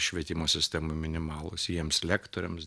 švietimo sistema minimalūs jiems lektoriams